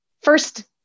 first